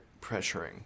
pressuring